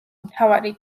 მთავარი